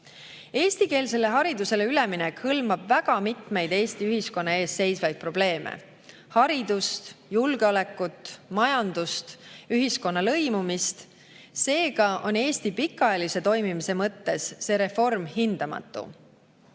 erakondadele. Eestikeelsele haridusele üleminek hõlmab väga mitmeid Eesti ühiskonna ees seisvaid probleeme – haridust, julgeolekut, majandust, ühiskonna lõimumist. Seega on Eesti pikaajalise toimimise mõttes see reform hindamatu.